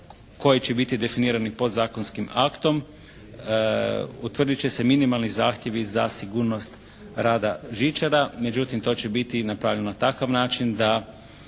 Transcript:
koji će biti definirani podzakonskim aktom utvrdit će se minimalni zahtjevi za sigurnost rada žičara međutim to će biti i napravljeno na takav način da